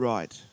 Right